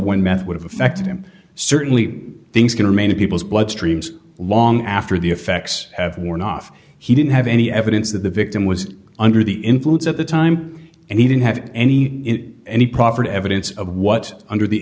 when meth would have affected him certainly things can remain in people's bloodstreams long after the effects have worn off he didn't have any evidence that the victim was under the influence at the time and he didn't have any any proffered evidence of what under the